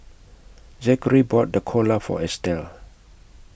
Zakary bought Dhokla For Estelle